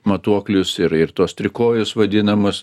matuoklius ir ir tuos trikojus vadinamus